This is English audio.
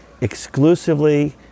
exclusively